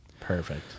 perfect